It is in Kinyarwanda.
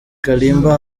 kalimba